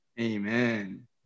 Amen